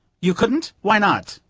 you couldn't? why not?